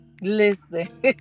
listen